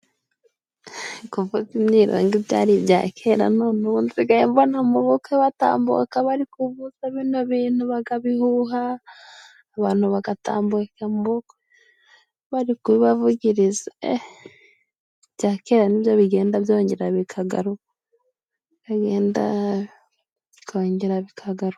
Kuvuza imyirongi byari ibya kera, none ubu nsigaye mbona mu bukwe batambuka bari kuvuza bino bintu bakabihuha, abantu bagatambuka mu bukwe bari kubibavugiriza. Eh! Ibya kera ni byo bigenda byongera bikagaruka. Biragenda bikongera bikagaruka.